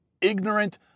ignorant